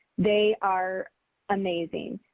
they are amazing.